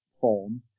form